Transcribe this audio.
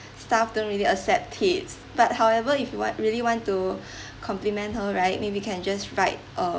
staff don't really accept tips but however if you want really want to compliment her right maybe can just write a